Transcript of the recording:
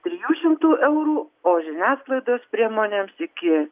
iki trijų šimtų eurų o žiniasklaidos priemonėms iki